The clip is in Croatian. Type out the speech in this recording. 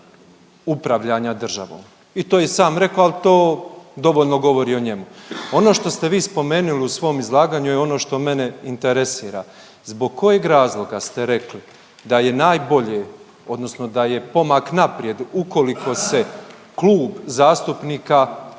vid upravljanja državom. I to je i sam rekao, ali to dovoljno govori o njemu. Ono što ste vi spomenuli u svom izlaganju je ono što mene interesira. Zbog kojeg razloga ste rekli da je najbolje odnosno da je pomak naprijed ukoliko se klub zastupnika treba